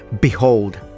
behold